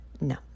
No